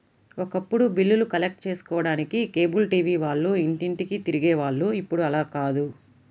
ఒకప్పుడు బిల్లులు కలెక్ట్ చేసుకోడానికి కేబుల్ టీవీ వాళ్ళు ఇంటింటికీ తిరిగే వాళ్ళు ఇప్పుడు అలా కాదు